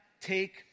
take